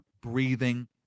breathing